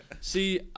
See